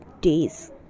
days